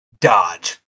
Dodge